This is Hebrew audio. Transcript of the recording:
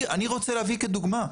אני רוצה להביא כדוגמה,